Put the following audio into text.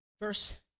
Verse